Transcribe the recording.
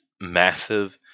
massive